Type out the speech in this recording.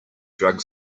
drug